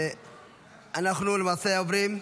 אנחנו למעשה עוברים,